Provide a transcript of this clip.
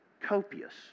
copious